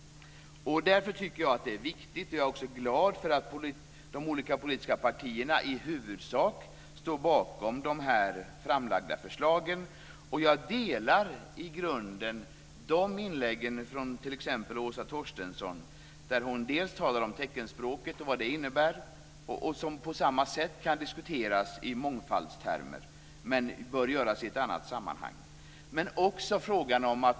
Därför tycker jag att detta är viktigt, och jag är glad för att de olika politiska partierna i huvudsak står bakom de framlagda förslagen. Jag delar i grunden det t.ex. Åsa Torstensson har sagt i de inlägg där hon talar om teckenspråket och vad det innebär. Det kan på samma sätt diskuteras i mångfaldstermer, men det bör göras i annat sammanhang.